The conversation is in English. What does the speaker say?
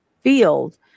field